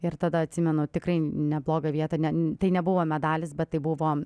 ir tada atsimenu tikrai neblogą vietą ne tai nebuvo medalis bet tai buvo